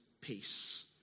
peace